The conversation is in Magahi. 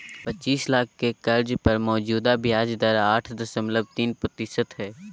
पचीस लाख के कर्ज पर मौजूदा ब्याज दर आठ दशमलब तीन प्रतिशत हइ